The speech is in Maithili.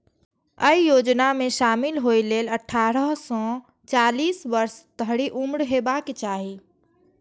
अय योजना मे शामिल होइ लेल अट्ठारह सं चालीस वर्ष धरि उम्र हेबाक चाही